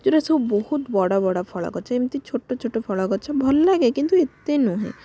ଯେଉଁଗୁଡ଼ା ସବୁ ବହୁତ ବଡ଼ ବଡ଼ ଫଳ ଗଛ ଏମିତି ଛୋଟ ଛୋଟ ଫଳ ଗଛ ଭଲ ଲାଗେ କିନ୍ତୁ ଏତେ ନୁହେଁ